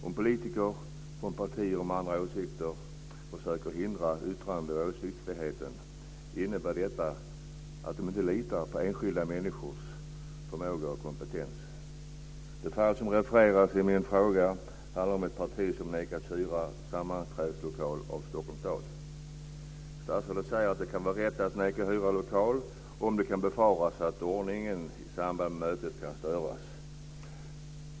Om politiker från partier med andra åsikter försöker hindra yttrande och åsiktsfriheten innebär detta att de inte litar på enskilda människors förmåga och kompetens. Det fall som refereras i min fråga handlar om ett parti som nekats hyra sammanträdeslokal av Stockholms stad. Statsrådet säger att det kan vara rätt att neka uthyrning av lokal om det kan befaras att ordningen i samband med mötet kan störas.